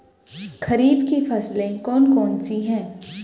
खरीफ की फसलें कौन कौन सी हैं?